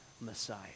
Messiah